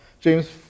James